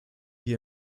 hier